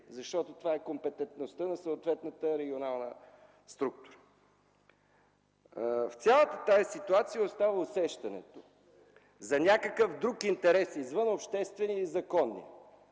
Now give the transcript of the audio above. защото това е компетентността на съответната регионална структура. От цялата тази ситуация остава усещането за някакъв друг интерес, извън обществения и законния.